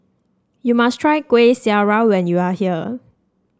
you must try Kuih Syara when you are here